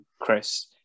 Chris